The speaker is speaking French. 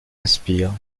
inspire